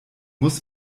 muss